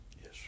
Yes